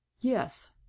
yes